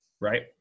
right